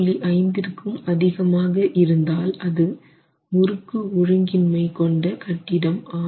5 விற்கு அதிகமாக இருந்தால் அது முறுக்கு ஒழுங்கின்மை கொண்ட கட்டிடம் ஆகும்